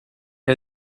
had